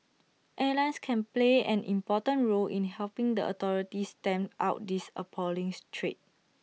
airlines can play an important role in helping the authorities stamp out this appalling trade